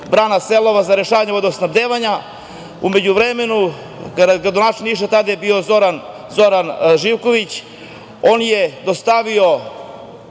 brana „Selova“ za rešavanje vodosnabdevanja.U međuvremenu, gradonačelnik Niša tada je bio Zoran Živković. On je dostavio